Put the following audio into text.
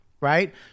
right